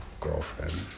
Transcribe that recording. girlfriend